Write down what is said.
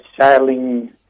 sailing